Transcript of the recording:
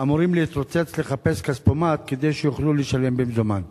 אמורים להתרוצץ לחפש כספומט כדי שיוכלו לשלם במזומן?